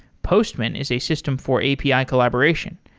postman is a system for api collaboration.